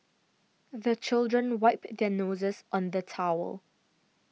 the children wipe their noses on the towel